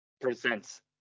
presents